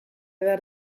behar